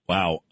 Wow